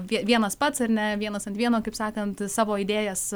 vie vienas pats ar ne vienas ant vieno kaip sakant savo idėjas